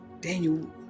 daniel